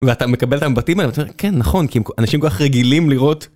ואתה מקבל את המבטים האלה ואתה אומר כן נכון כי אנשים כל כך רגילים לראות.